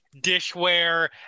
dishware